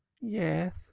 yes